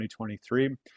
2023